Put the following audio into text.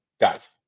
Guys